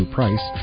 Price